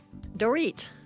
Dorit